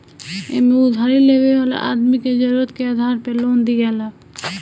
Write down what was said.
एमे उधारी लेवे वाला आदमी के जरुरत के आधार पे लोन दियाला